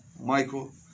Michael